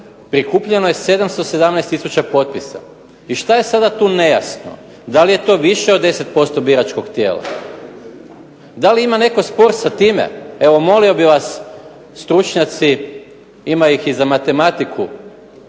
Prikupljeno je 717000 potpisa. I šta je sada tu nejasno? Da li je to više od 10% biračkog tijela? Da li ima netko spor sa time. Evo molio bih vas stručnjaci, ima ih i za matematiku,